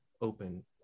open